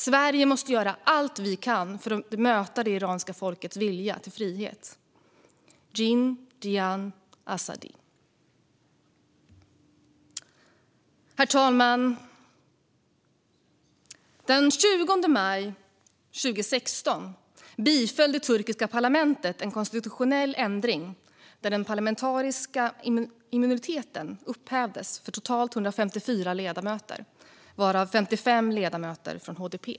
Sverige måste göra allt vi kan för att möta det iranska folkets vilja till frihet. Jin, jiyan, azadi! Herr talman! Den 20 maj 2016 biföll det turkiska parlamentet en konstitutionell ändring där den parlamentariska immuniteten upphävdes för totalt 154 ledamöter, varav 55 ledamöter från HDP.